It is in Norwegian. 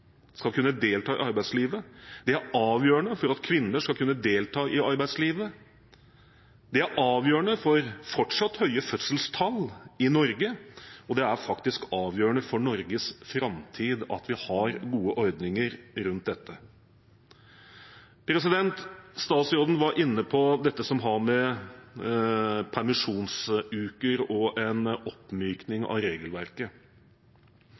skal kunne delta i arbeidslivet. Det er avgjørende for at kvinner skal kunne delta i arbeidslivet. Det er avgjørende for fortsatt høye fødselstall i Norge. Og det er faktisk avgjørende for Norges framtid at vi har gode ordninger rundt dette. Statsråden var inne på dette som har med permisjonsuker og en oppmykning av regelverket